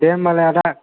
दे होनबालाय आदा